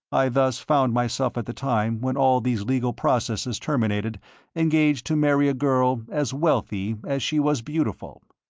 i thus found myself at the time when all these legal processes terminated engaged to marry a girl as wealthy as she was beautiful.